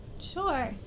Sure